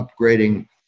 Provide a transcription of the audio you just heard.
upgrading